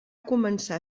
començar